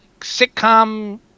sitcom